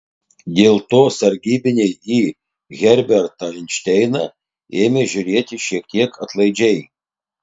dėl to sargybiniai į herbertą einšteiną ėmė žiūrėti šiek tiek atlaidžiai